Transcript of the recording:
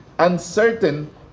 uncertain